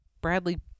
Bradley